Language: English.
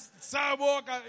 sidewalk